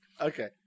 Okay